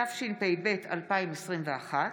התשפ"ב 2021,